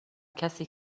کسیه